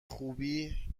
خوبی